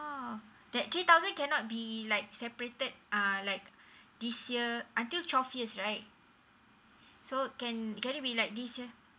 oh that three thousand cannot be like separated uh like this year until twelve years right so can can it be like this year